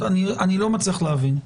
אני לא מצליח להבין.